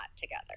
together